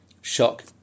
shock